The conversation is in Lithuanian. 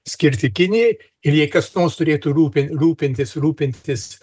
skirti kinijai ir jei kas nors turėtų rūpin rūpintis rūpintis